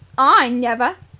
i never!